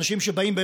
אנשים שבכלל באים,